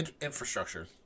infrastructure